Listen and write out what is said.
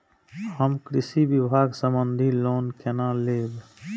हम कृषि विभाग संबंधी लोन केना लैब?